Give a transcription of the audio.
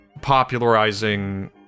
popularizing